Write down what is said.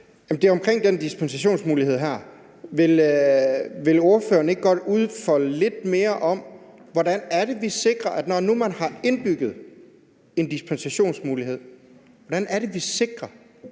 Det er om den dispensationsmulighed her. Vil ordføreren ikke godt udfolde lidt mere om, hvordan vi, når nu man har indbygget en dispensationsmulighed, sikrer, at den ikke